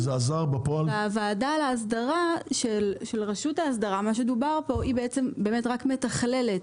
הוועדה להסדרה של רשות ההסדרה רק מתכללת